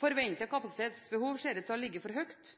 Forventet kapasitetsbehov ser ut til å ligge for høyt